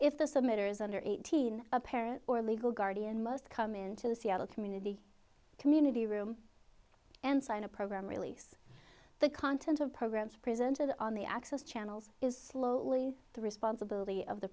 if the submitters under eighteen a parent or legal guardian must come into the seattle community community room and sign a program release the content of programs presented on the access channels is slowly the responsibility of the